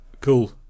cool